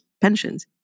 pensions